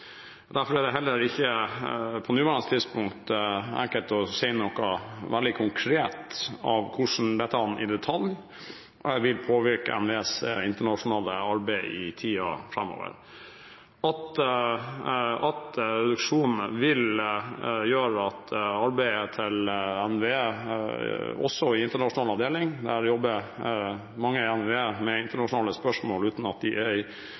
Derfor er det heller ikke på det nåværende tidspunkt enkelt å si noe veldig konkret om hvordan dette i detalj vil påvirke NVEs internasjonale arbeid i tiden framover. At reduksjonen vil gjøre at arbeidet og aktiviteten til NVE også i internasjonal avdeling – der jobber mange i NVE med internasjonale spørsmål, uten at de er ansatt i